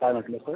काय म्हटलं सर